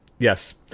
Yes